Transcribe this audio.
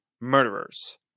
murderers